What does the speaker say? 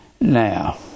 Now